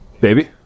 baby